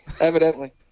Evidently